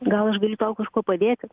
gal aš galiu tau kažkuo padėti